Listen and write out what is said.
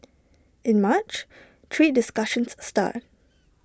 in March trade discussions start